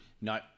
no